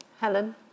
Helen